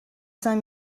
cinq